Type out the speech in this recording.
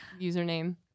username